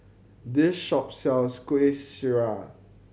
this shop sells Kuih Syara